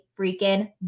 freaking